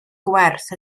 gwerth